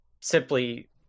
simply